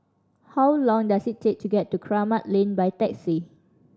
how long does it take to get to Kramat Lane by taxi